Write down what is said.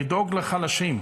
לדאוג לחלשים.